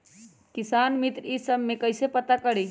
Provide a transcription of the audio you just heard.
किसान मित्र ई सब मे कईसे पता करी?